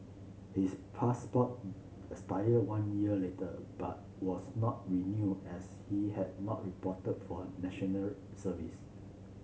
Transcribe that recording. his passport expired one year later but was not renew as he had not reported for National Service